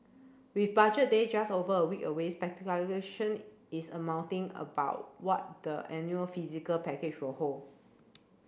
with Budget Day just over a week away is mounting about what the annual physical package will hold